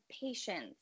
patience